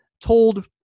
told